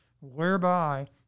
whereby